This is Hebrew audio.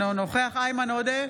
אינו נוכח איימן עודה,